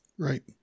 right